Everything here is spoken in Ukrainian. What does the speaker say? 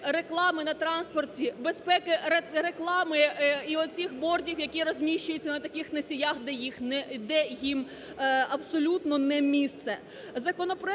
безпеки реклами на транспорті, безпеки реклами і оцих бордів, які розміщуються на таких носіях, де їм абсолютно не місце.